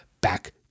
back